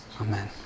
Amen